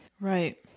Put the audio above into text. Right